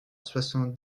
soixante